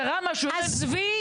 קרה משהו --- עזבי.